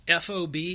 FOB